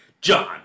John